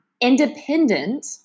independent